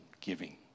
giving